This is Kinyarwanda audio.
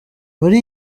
muri